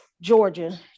Georgia